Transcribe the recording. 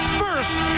first